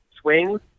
swings